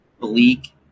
bleak